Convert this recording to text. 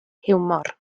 hiwmor